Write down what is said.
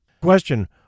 Question